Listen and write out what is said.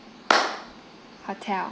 hotel